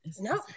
no